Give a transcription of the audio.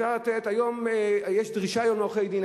היום יש דרישה לעורכי-דין,